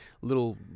little